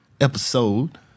episode